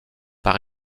par